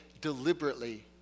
deliberately